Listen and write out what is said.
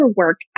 work